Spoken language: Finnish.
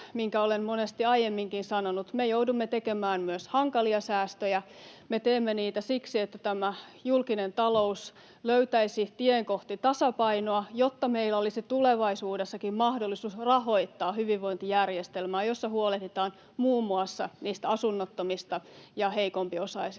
minkä olen monesti aiemminkin sanonut: Me joudumme tekemään myös hankalia säästöjä. Me teemme niitä siksi, että tämä julkinen talous löytäisi tien kohti tasapainoa, jotta meillä olisi tulevaisuudessakin mahdollisuus rahoittaa hyvinvointijärjestelmää, jossa huolehditaan muun muassa niistä asunnottomista ja heikompiosaisista.